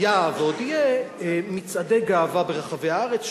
היה ועוד יהיו מצעדי גאווה ברחבי הארץ,